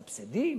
מסבסדים?